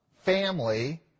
family